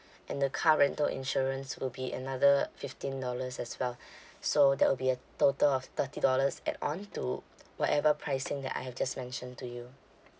and the car rental insurance will be another fifteen dollars as well so that will be a total of thirty dollars add-on to whatever pricing that I have just mentioned to you